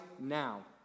now